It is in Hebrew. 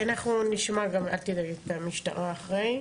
אנחנו נשמע גם, את המשטרה אחרי.